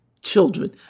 children